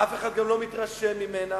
אף אחד גם לא מתרשם ממנה.